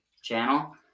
channel